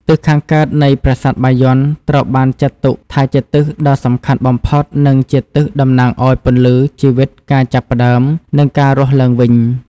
ទិសខាងកើតនៃប្រាសាទបាយ័ន ត្រូវបានចាត់ទុកថាជា ទិសដ៏សំខាន់បំផុត និងជាទិសតំណាងឱ្យ ពន្លឺ ជីវិត ការចាប់ផ្តើម និងការរស់ឡើងវិញ។